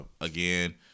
Again